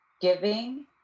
giving